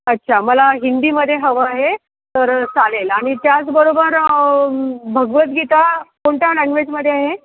अच्छा मला हिंदीमध्ये हवं आहे तर चालेल आणि त्याचबरोबर भगवद्गीता कोणत्या लॅंगवेजमध्ये आहे